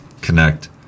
connect